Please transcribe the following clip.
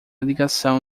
ligação